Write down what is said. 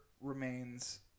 remains